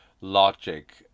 logic